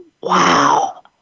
wow